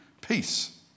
Peace